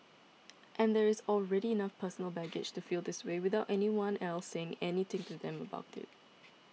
and there is already enough personal baggage to feel this way without anyone else saying anything to them about it